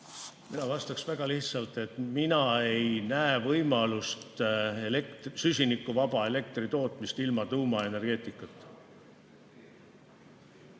Ma vastan väga lihtsalt: mina ei näe võimalust süsinikuvabaks elektritootmiseks ilma tuumaenergeetikata.